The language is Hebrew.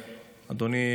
אדוני,